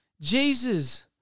Jesus